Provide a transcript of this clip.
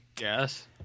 Yes